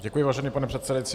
Děkuji, vážený pane předsedající.